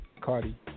Cardi